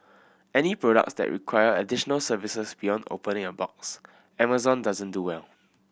any products that require additional services beyond opening a box Amazon doesn't do well